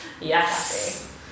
Yes